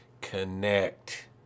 connect